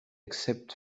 except